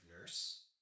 Nurse